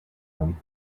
him